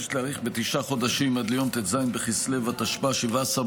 הוראת שעה,